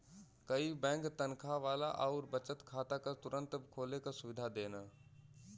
कई बैंक तनखा वाला आउर बचत खाता क तुरंत खोले क सुविधा देन